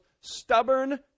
stubborn